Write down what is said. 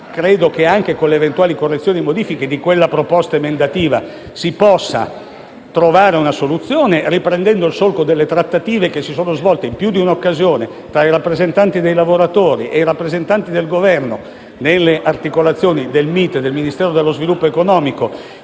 credo che anche con le eventuali correzioni di quella proposta emendativa si possa trovare una soluzione, riprendendo il solco delle trattative che si sono svolte in più di un'occasione tra i rappresentanti dei lavoratori e del Governo, nelle articolazioni del Ministero delle infrastrutture